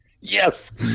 Yes